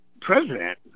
president